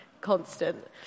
constant